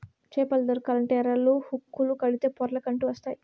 చేపలు దొరకాలంటే ఎరలు, హుక్కులు కడితే పొర్లకంటూ వస్తాయి